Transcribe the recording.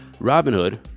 Robinhood